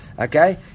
Okay